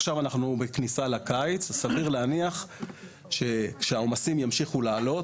עכשיו אנחנו בכניסה לקיץ וסביר להניח שהעומסים ימשיכו לעלות.